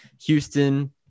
Houston